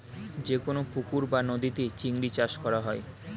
যে কোন পুকুর বা নদীতে চিংড়ি চাষ করা হয়